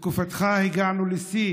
בתקופתך הגענו לשיא